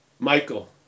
Michael